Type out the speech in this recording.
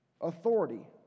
authority